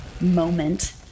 moment